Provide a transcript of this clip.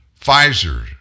Pfizer